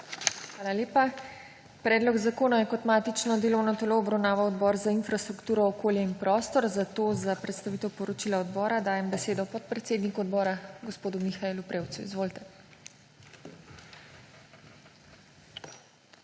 Hvala lepa. Predlog zakona je kot matično delovno telo obravnaval Odbor za infrastrukturo, okolje in prostor, zato za predstavitev poročila odbora dajem besedo podpredsedniku odbora gospodu Mihaelu Prevcu. Izvolite.